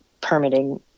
permitting